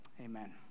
Amen